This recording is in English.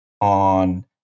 on